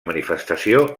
manifestació